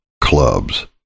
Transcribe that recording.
clubs